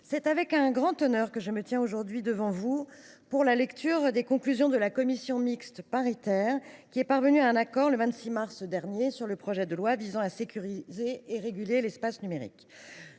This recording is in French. c’est un grand honneur pour moi de me tenir devant vous pour la lecture des conclusions de la commission mixte paritaire qui est parvenue à un accord le 26 mars dernier sur le projet de loi visant à sécuriser et à réguler l’espace numérique.